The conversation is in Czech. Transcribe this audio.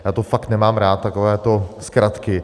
Já to fakt nemám rád, takovéto zkratky.